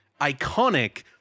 iconic